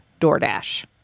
DoorDash